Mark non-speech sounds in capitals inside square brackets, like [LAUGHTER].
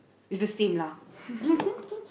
is the same lah [LAUGHS]